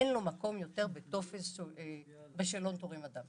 ואין לו יותר מקום בשאלון תורם הדם.